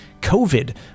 COVID